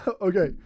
okay